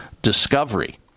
discovery